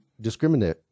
discriminate